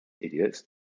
idiots